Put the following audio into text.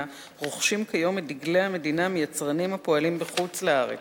רוכשים כיום את דגלי המדינה מיצרנים הפועלים בחוץ-לארץ,